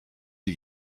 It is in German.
die